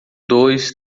dois